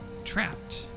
trapped